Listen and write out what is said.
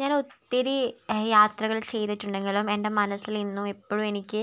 ഞാൻ ഒത്തിരി യാത്രകൾ ചെയ്തിട്ടുണ്ടെങ്കിലും എൻ്റെ മനസ്സിൽ ഇന്നും ഇപ്പോഴും എനിക്ക്